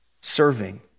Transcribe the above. serving